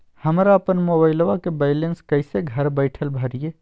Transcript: हमरा अपन मोबाइलबा के बैलेंस कैसे घर बैठल भरिए?